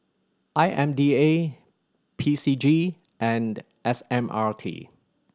I M D A P C G and S M R T